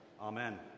Amen